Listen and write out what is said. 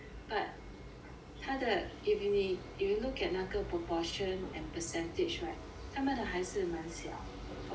他的 if 你 if you look at 那个 proportion and percentage right 他们的还是蛮小 for India